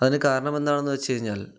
അതിനു കാരണമെന്താണെന്ന് വെച്ചുകഴിഞ്ഞാൽ